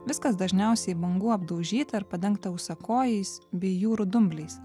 viskas dažniausiai bangų apdaužytą ir padengta užsakovais bei jūrų dumbliais